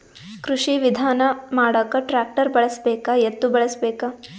ಕೃಷಿ ವಿಧಾನ ಮಾಡಾಕ ಟ್ಟ್ರ್ಯಾಕ್ಟರ್ ಬಳಸಬೇಕ, ಎತ್ತು ಬಳಸಬೇಕ?